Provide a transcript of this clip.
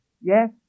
Yes